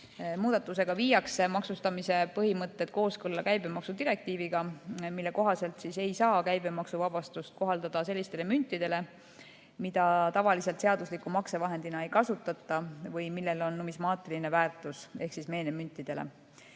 Muudatusega viiakse maksustamise põhimõtted kooskõlla käibemaksudirektiiviga. Selle kohaselt ei saa käibemaksuvabastust kohaldada sellistele müntidele, mida tavaliselt seadusliku maksevahendina ei kasutata või millel on numismaatiline väärtus, ehk meenemüntidele.